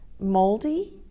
moldy